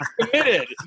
committed